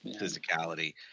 physicality